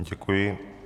Děkuji.